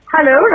Hello